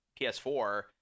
PS4